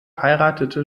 heiratete